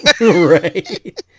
Right